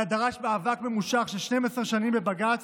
אלא דרש מאבק ממושך של 12 שנים בבג"ץ.